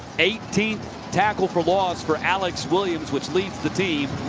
eighteenth tackle for loss for alex williams. which leads the team.